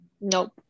Nope